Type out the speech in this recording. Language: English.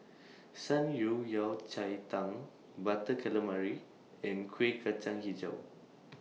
Shan Rui Yao Cai Tang Butter Calamari and Kueh Kacang Hijau